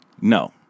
no